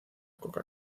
coca